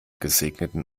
gesegneten